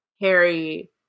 harry